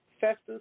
Festus